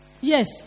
Yes